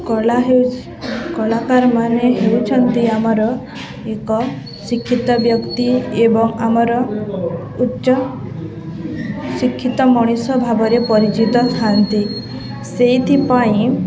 କଳା ହେଉ କଳାକାରମାନେ ହେଉଛନ୍ତି ଆମର ଏକ ଶିକ୍ଷିତ ବ୍ୟକ୍ତି ଏବଂ ଆମର ଉଚ୍ଚ ଶିକ୍ଷିତ ମଣିଷ ଭାବରେ ପରିଚିତ ଥାନ୍ତି ସେଇଥିପାଇଁ